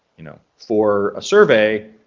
you know, for a survey